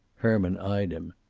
herman eyed him.